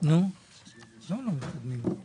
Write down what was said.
זיכוי ממס,